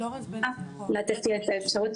לתת לי את האפשרות